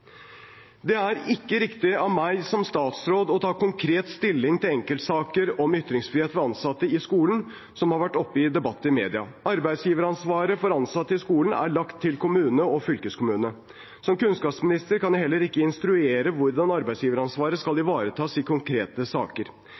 Det er ikke riktig av meg som statsråd å ta konkret stilling til enkeltsaker om ytringsfrihet for ansatte i skolen, som har vært oppe til debatt i media. Arbeidsgiveransvaret for ansatte i skolen er lagt til kommunene og fylkeskommunene. Som kunnskapsminister kan jeg heller ikke instruere hvordan arbeidsgiveransvaret skal ivaretas i konkrete saker.